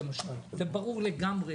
זה ברור לגמרי